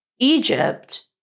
Egypt